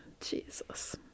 jesus